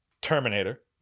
Terminator